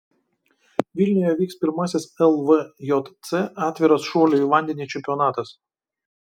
vilniuje vyks pirmasis lvjc atviras šuolių į vandenį čempionatas